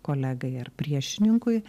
kolegai ar priešininkui